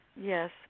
Yes